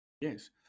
yes